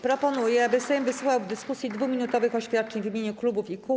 Proponuję, aby Sejm wysłuchał w dyskusji 2-minutowych oświadczeń w imieniu klubów i kół.